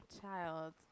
Child